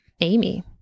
Amy